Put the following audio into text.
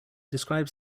describes